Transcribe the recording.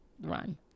run